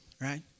right